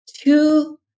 two